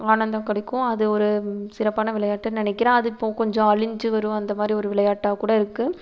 ஆனந்தம் கிடைக்கும் அது ஒரு சிறப்பான விளையாட்டுன்னு நினைக்கிறேன் அது இப்போ கொஞ்சம் அழிஞ்சு வரும் அந்த மாதிரி ஒரு விளையாட்டாக கூட இருக்குது